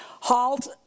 halt